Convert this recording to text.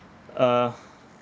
uh